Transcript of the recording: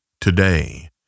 today